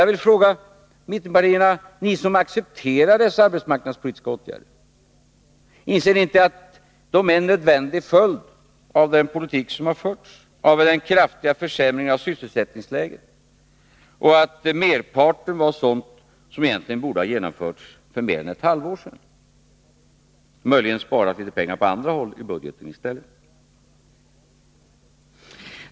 Jag vill fråga mittenpartierna: Ni som accepterade dessa arbetsmarknadspolitiska åtgärder, inser ni inte att de är en nödvändig följd av den politik som förts, med en kraftig försämring av sysselsättningsläget och att merparten var sådana som egentligen borde ha genomförts för mer än ett halvår sedan — möjligen kunde litet pengar ha sparats på andra håll i budgeten i stället.